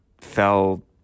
fell